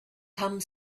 come